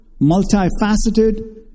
multifaceted